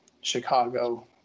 Chicago